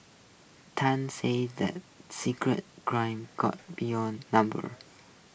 Tan said the secret crime car beyond numbers